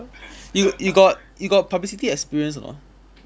you you got you got publicity experience or not